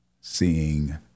seeing